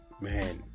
man